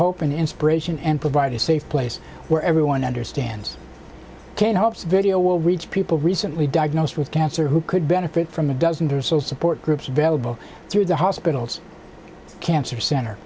and inspiration and provide a safe place where everyone understands can help video will reach people recently diagnosed with cancer who could benefit from a dozen or so support groups available through the hospital's cancer center